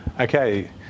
Okay